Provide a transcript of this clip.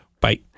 Bye